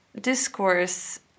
discourse